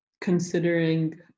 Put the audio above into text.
considering